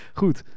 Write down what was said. goed